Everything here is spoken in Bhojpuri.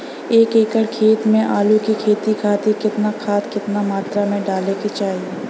एक एकड़ खेत मे आलू के खेती खातिर केतना खाद केतना मात्रा मे डाले के चाही?